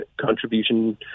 contribution